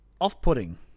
off-putting